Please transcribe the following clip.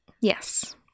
Yes